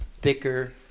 thicker